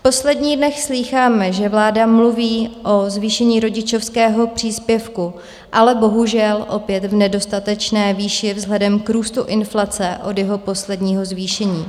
V posledních dnech slýcháme, že vláda mluví o zvýšení rodičovského příspěvku, ale bohužel opět v nedostatečné výši vzhledem k růstu inflace od jeho posledního zvýšení.